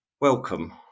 Welcome